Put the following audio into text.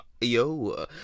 Yo